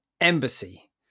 Embassy